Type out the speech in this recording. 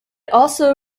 also